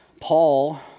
Paul